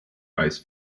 vice